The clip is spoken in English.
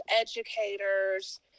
educators